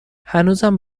هنوزم